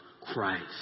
Christ